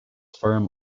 firm